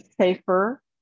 safer